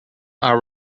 are